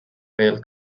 rail